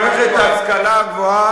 ביצוע הרפורמה במערכת ההשכלה הגבוהה,